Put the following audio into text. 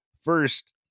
first